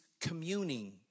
communing